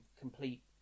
complete